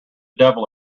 devil